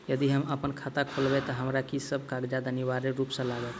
यदि हम अप्पन खाता खोलेबै तऽ हमरा की सब कागजात अनिवार्य रूप सँ लागत?